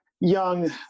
young